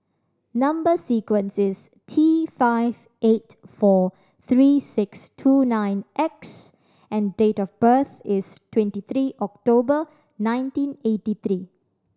number sequence is T five eight four three six two nine X and date of birth is twenty three October nineteen eighty three